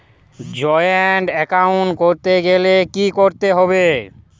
Joint account করতে গেলে কি করতে হবে?